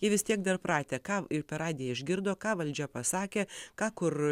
jie vis tiek dar pratę ką ir per radiją išgirdo ką valdžia pasakė ką kur